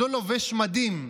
בעודו לובש מדים,